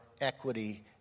equity